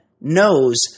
knows